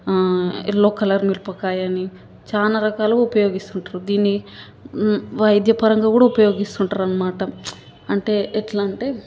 yellow colour మిరపకాయని చాలా రకాలుగా ఉపయోగిస్తుంటారు దీన్ని వైద్యపరంగా కూడా ఉపయోగిస్తుంటాన్నమాట అంటే ఎట్లా అంటే